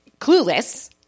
Clueless